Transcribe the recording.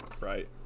right